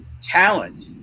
talent